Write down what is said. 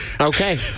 okay